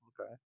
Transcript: Okay